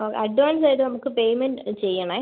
ആ അഡ്വാൻസായിട്ട് നമുക്ക് പേയ്മെൻറ്റ് ചെയ്യണേ